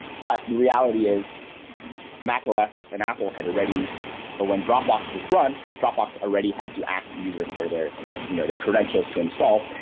but the reality is mac os and apple had already or when dropbox was run, dropbox already had to ask the user for their you know their credentials to install.